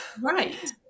right